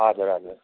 हजुर हजुर